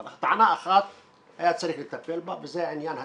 אבל טענה אחת היה צריך לטפל בה וזה עניין התכלול.